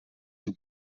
een